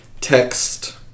text